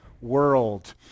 World